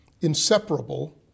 inseparable